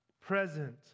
present